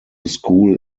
school